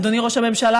אדוני ראש הממשלה,